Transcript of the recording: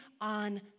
on